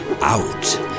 out